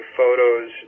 photos